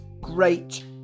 great